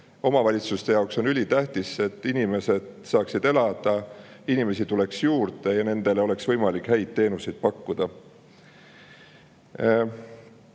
Omavalitsuste jaoks on ülitähtis, et inimesed saaksid elada, et inimesi tuleks juurde ja nendele oleks võimalik häid teenuseid pakkuda. Nüüd